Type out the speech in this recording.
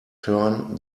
turn